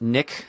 Nick